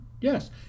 Yes